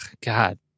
God